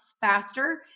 faster